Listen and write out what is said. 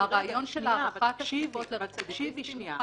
הרעיון של הארכת התקופות לרצידיוויסטים חל על כל --- תקשיבי שנייה.